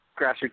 grassroots